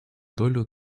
долю